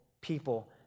people